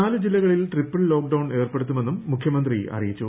നാല് ജില്ലകളിൽ triple lockdown ഏർപ്പെടുത്തുമെന്നും മുഖ്യമന്ത്രി അറിയിച്ചു